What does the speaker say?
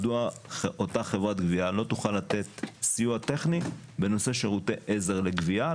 מדוע אותה חברת גבייה לא תוכל לתת סיוע טכני בנושא שירותי עזר לגבייה,